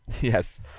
Yes